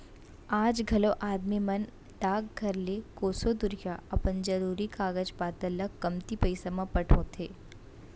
आज घलौ आदमी मन डाकघर ले कोसों दुरिहा अपन जरूरी कागज पातर ल कमती पइसा म पठोथें